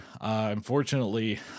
Unfortunately